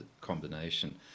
combination